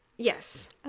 Yes